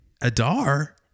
Adar